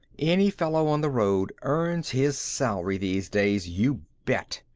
any fellow on the road earns his salary these days, you bet.